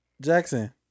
Jackson